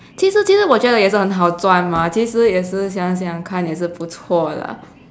其实其实我觉得也是很好捐吗其实也是想想看也是不错啦